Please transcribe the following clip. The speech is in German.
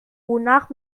wonach